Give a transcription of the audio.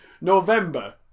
November